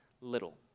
little